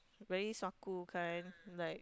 very suaku kind like